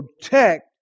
protect